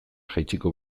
jaitsiko